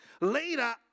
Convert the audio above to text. later